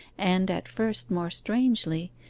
and, at first more strangely,